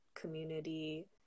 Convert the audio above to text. community